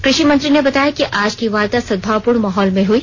कृषि मंत्री ने बताया कि आज की वार्ता सद्भावपूर्ण माहौल में हुई